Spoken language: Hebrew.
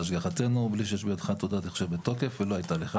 בהשגחתנו בלי שיש בידך תעודת הכשר בתוקף ולא הייתה לך.